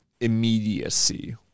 immediacy